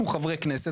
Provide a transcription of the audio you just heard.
אנחנו חברי כנסת,